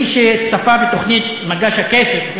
מי שצפה בתוכנית "מגש הכסף",